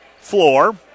floor